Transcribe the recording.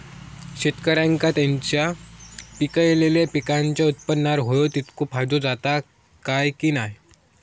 शेतकऱ्यांका त्यांचा पिकयलेल्या पीकांच्या उत्पन्नार होयो तितको फायदो जाता काय की नाय?